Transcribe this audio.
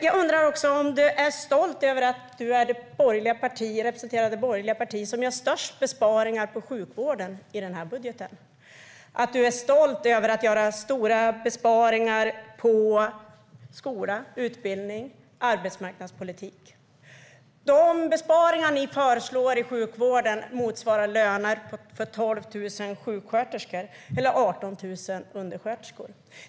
Är du också stolt över att representera det borgerliga parti som gör störst besparingar på sjukvården i budgeten? Är du stolt över att ni gör stora besparingar på skola, utbildning och arbetsmarknadspolitik? De besparingar i sjukvården som ni föreslår motsvarar lönerna för 12 000 sjuksköterskor eller 18 000 undersköterskor.